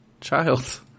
child